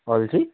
अल्छी